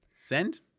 Send